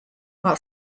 while